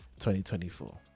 2024